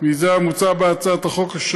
מזה המוצע בהצעת החוק,